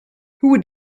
who